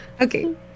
Okay